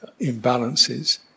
imbalances